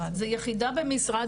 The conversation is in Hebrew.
זו יחידה במשרד